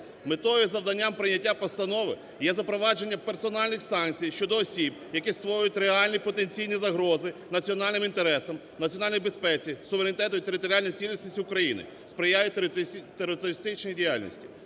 Метою і завданням прийняття постанови є запровадження персональних санкцій щодо осіб, які створюють реальні потенційні загрози національним інтересам, національній безпеці, суверенітету і територіальній цілісності України, сприяють терористичній діяльності.